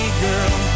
girl